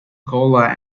cola